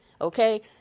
okay